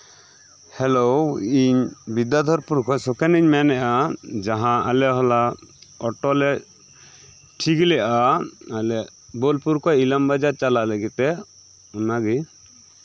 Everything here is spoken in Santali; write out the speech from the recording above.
ᱦᱮᱞᱳ ᱤᱧ ᱵᱤᱫᱽᱫᱟᱫᱷᱚᱨᱯᱩᱨ ᱠᱷᱚᱱ ᱥᱩᱠᱷᱮᱱ ᱤᱧ ᱢᱮᱱᱮᱜᱼᱟ ᱡᱟᱦᱟᱸ ᱟᱞᱮ ᱦᱚᱞᱟ ᱚᱴᱳᱞᱮ ᱴᱷᱤᱠ ᱞᱮᱫᱟ ᱟᱞᱮ ᱵᱳᱞᱯᱩᱨ ᱠᱷᱚᱱ ᱤᱞᱟᱢᱵᱟᱡᱟᱨ ᱪᱟᱞᱟᱜ ᱞᱟᱹᱜᱤᱫᱛᱮ ᱚᱱᱟᱜᱮ